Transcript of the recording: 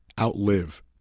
outlive